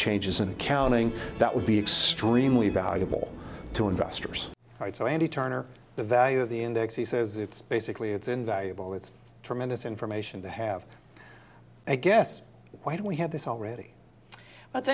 changes in accounting that would be extremely valuable to investors right so any turn or the value of the index he says it's basically it's invaluable it's tremendous information to have i guess why don't we have this already